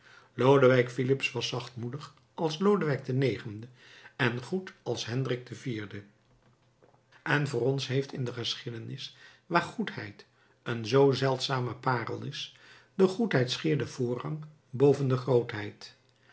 lodewijk filips was zachtmoedig als lodewijk ix en goed als hendrik iv en voor ons heeft in de geschiedenis waar goedheid een zoo zeldzame parel is de goedheid schier den voorrang boven de grootheid